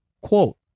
quote